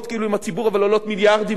כאילו עם הציבור אבל עולות מיליארדים,